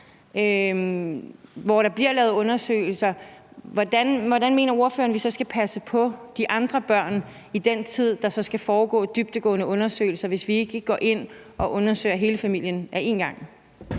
Hvordan mener ordføreren vi så skal passe på de andre børn i den tid, hvor der skal foregå dybdegående undersøgelser, hvis vi ikke går ind og undersøger hele familien på en gang?